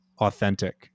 authentic